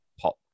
pop